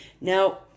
Now